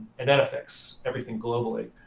and that affects everything globally.